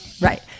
Right